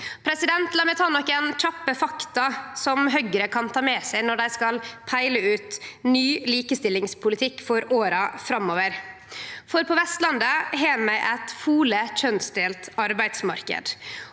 trengst. La meg ta nokon kjappe fakta som Høgre kan ta med seg når dei skal peile ut ny likestillingspolitikk for åra framover. På Vestlandet har vi ein veldig kjønnsdelt arbeidsmarknad,